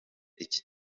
iki